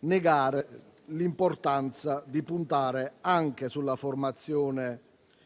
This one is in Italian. negare l'importanza di puntare anche sulla formazione